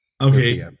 okay